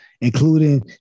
including